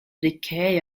decay